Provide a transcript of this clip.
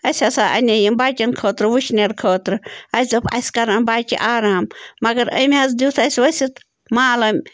اَسہِ ہسا اَنے یِم بَچن خٲطرٕ وٕشنیر خٲطرٕ اَسہِ دوٚپ اَسہِ کَرن بَچہِ آرام مگر أمۍ حظ دیُت اَسہِ ؤسِت مال أمۍ